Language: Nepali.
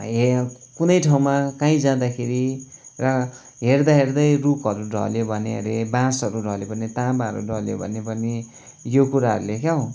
हे कुनै ठाउँमा कहीँ जाँदाखेरि रा हेर्दा हेर्दै रुखहरू ढल्यो भने अरे बाँसहरू ढल्यो भने तामाहरू ढल्यो भने पनि यो कुराहरले क्या हो